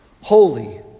Holy